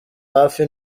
hafi